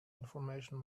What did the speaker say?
information